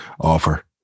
offer